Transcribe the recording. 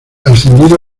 ascendido